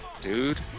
Dude